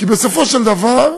כי בסופו של דבר,